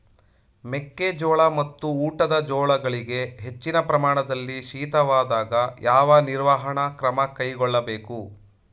ಮೆಕ್ಕೆ ಜೋಳ ಮತ್ತು ಊಟದ ಜೋಳಗಳಿಗೆ ಹೆಚ್ಚಿನ ಪ್ರಮಾಣದಲ್ಲಿ ಶೀತವಾದಾಗ, ಯಾವ ನಿರ್ವಹಣಾ ಕ್ರಮ ಕೈಗೊಳ್ಳಬೇಕು?